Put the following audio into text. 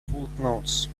footnotes